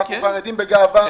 אנחנו חרדים בגאווה,